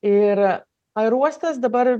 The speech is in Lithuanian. ir aerouostas dabar